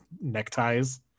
neckties